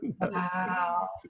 Wow